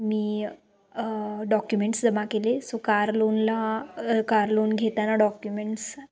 मी documents जमा केले so car लोनला कार लोन घेताना डॉक्युमेंट्स